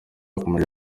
yakomeje